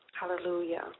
Hallelujah